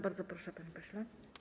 Bardzo proszę, panie pośle.